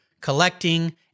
collecting